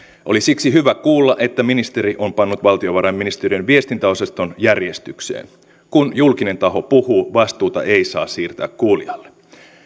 oli siksi hyvä kuulla että ministeri on pannut valtiovarainministeriön viestintäosaston järjestykseen kun julkinen taho puhuu vastuuta ei saa siirtää kuulijalle